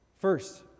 First